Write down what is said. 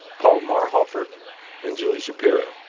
paul marhoefer and julie shapiro.